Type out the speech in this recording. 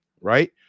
right